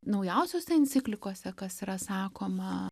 naujausiose enciklikose kas yra sakoma